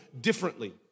differently